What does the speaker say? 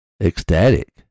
ecstatic